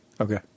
Okay